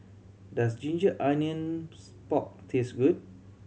does ginger onions pork taste good